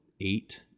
eight